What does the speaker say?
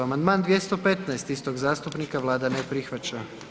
Amandman 215. istog zastupnika, Vlada ne prihvaća.